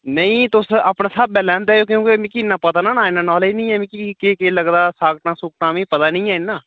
नेईं तुस अपने स्हाबै लैंदे आएओ क्योंकि मिगी इन्ना पता निं ना ऐ इन्ना नालेज निं ऐ मिकी केह् केह लगदा साकटां सुकटां मिगी पता निं ऐ इन्ना